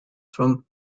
from